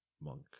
monk